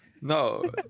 no